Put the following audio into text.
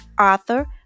author